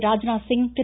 Rajnath Singh Thiru